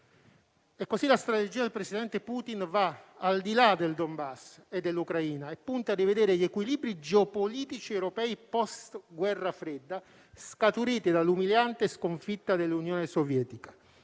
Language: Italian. E così la strategia del presidente Putin va al di là del Donbass e dell'Ucraina e punta a rivedere gli equilibri geopolitici europei post-guerra fredda, scaturiti dall'umiliante sconfitta dell'Unione sovietica: